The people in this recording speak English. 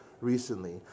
recently